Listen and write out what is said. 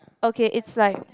okay it's like